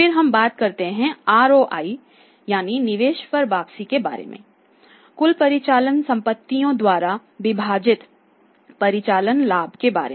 फिर हम बात करते हैं ROI के बारे में कुल परिचालन परिसंपत्तियों द्वारा विभाजित परिचालन लाभ के बारे में